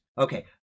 Okay